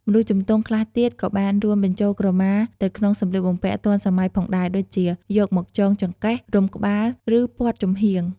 មនុស្សជំទង់ខ្លះទៀតក៏បានរួមបញ្ចូលក្រមាទៅក្នុងសម្លៀកបំពាក់ទាន់សម័យផងដែរ ដូចជា យកមកចងចង្កេះ រុំក្បាល ឬ ព័ទ្ធចំហៀង។